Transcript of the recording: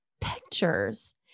pictures